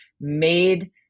made